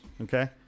Okay